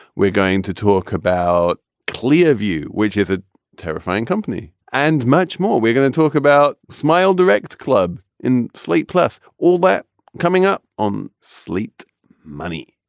we're going to talk about clearview, which is a terrifying company, and much more. we're going to talk about smilde direct club in slate, plus all that coming up on sleet money.